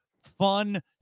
Fun